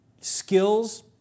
skills